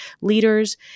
leaders